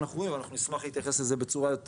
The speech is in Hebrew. נשמח להתייחס לזה בצורה יותר